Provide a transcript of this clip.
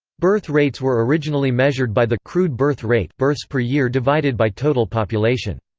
birth rates were originally measured by the crude birth rate births per year divided by total population.